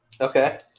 Okay